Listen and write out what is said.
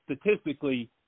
statistically